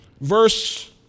Verse